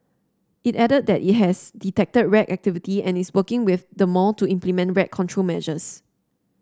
it added that it has detected rat activity and is working with the mall to implement rat control measures